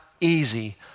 easy